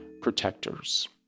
protectors